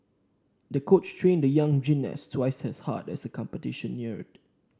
the coach trained the young gymnast twice as hard as the competition neared